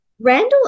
randall